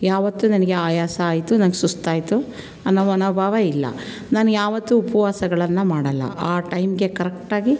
ಯಾವತ್ತೂ ನನಗೆ ಆಯಾಸ ಆಯಿತು ನಂಗೆ ಸುಸ್ತಾಯಿತು ಅನ್ನೋ ಮನೋಭಾವ ಇಲ್ಲ ನಾನು ಯಾವತ್ತೂ ಉಪವಾಸಗಳನ್ನು ಮಾಡೋಲ್ಲ ಆ ಟೈಮ್ಗೆ ಕರೆಕ್ಟಾಗಿ